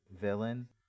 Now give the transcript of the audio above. villain